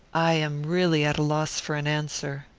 i am really at a loss for an answer.